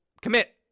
commit